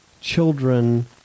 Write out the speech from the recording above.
children